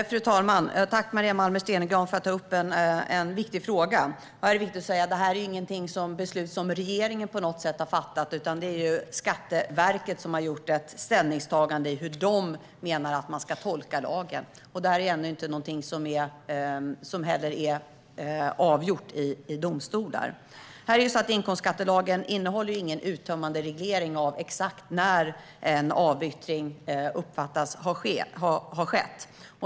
Fru talman! Tack, Maria Malmer Stenergard, för att du tar upp en viktig fråga! Det är viktigt att säga att det här inte på något sätt är ett beslut som regeringen har fattat, utan det är Skatteverket som har gjort ett ställningstagande i fråga om hur det menar att man ska tolka lagen. Det är heller ingenting som är avgjort i domstol. Inkomstskattelagen innehåller ingen uttömmande reglering av exakt när en avyttring uppfattas ha skett.